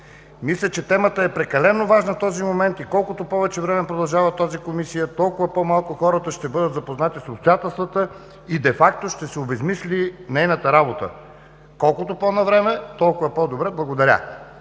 Мисля, че темата е прекалено важна в този момент и колкото повече време продължава тази Комисия, толкова по малко хората ще бъдат запознати с обстоятелствата и де факто ще се обезсмисли нейната работа. Колкото по-навреме, толкова по добре. Благодаря“.